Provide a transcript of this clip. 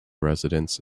residents